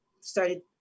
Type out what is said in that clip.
started